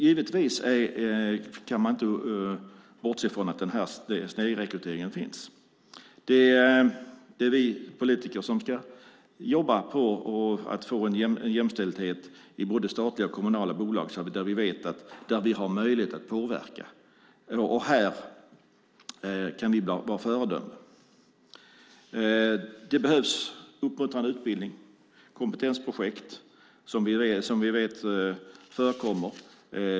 Givetvis kan man inte bortse från att denna snedrekrytering finns. Det är vi politiker som ska jobba på att få en jämställdhet i både statliga och kommunala bolag där vi vet att vi har möjlighet att påverka. Här kan vi vara föredömen. Det behövs uppmuntrande utbildning och kompetensprojekt, som vi vet förekommer.